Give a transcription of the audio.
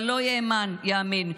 הם יעמדו פה על הדוכן,